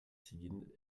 siguin